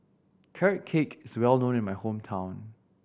Carrot Cake is well known in my hometown